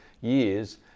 years